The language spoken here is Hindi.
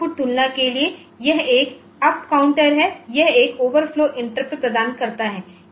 आउटपुट तुलना के लिए यह एक अप काउंटर हैयह एक ओवरफ्लो इंटरप्ट प्रदान करता है